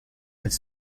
elle